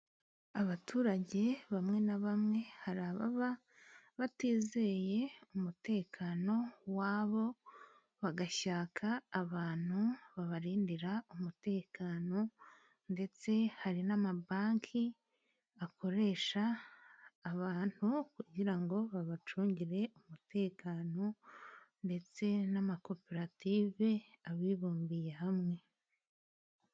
Abaturage bamwe na bamwe hari ababa batizeye umutekano wabo. Bagashaka abantu babarindira umutekano. Ndetse hari n'amabanki akoresha abantu kugira ngo babacungire umutekano, ndetse n'amakoperative abibumbiye hamwe.